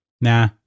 Nah